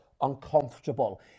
uncomfortable